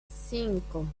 cinco